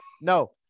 No